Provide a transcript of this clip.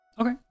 Okay